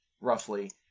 roughly